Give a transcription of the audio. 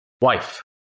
wife